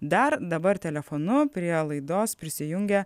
dar dabar telefonu prie laidos prisijungia